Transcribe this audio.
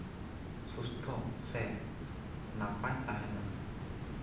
ᱥᱩᱥᱛᱷᱚ ᱥᱮ ᱱᱟᱯᱟᱭ ᱛᱟᱦᱮᱱᱟ